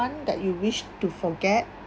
one that you wish to forget